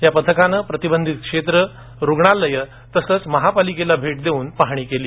या पथकानं प्रतिबंधित क्षेत्र रुग्णालय तसंच महानगरपालिकेला भेट देऊन पाहणी केली